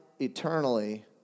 eternally